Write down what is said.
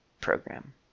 program